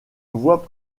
voie